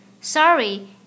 sorry